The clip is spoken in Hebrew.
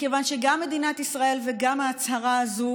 מכיוון שגם מדינת ישראל וגם ההצהרה הזו